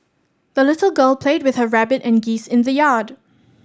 the little girl played with her rabbit and geese in the yard